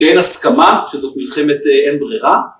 ‫שאין הסכמה, שזאת מלחמת אין ברירה.